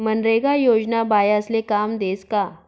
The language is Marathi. मनरेगा योजना बायास्ले काम देस का?